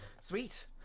Sweet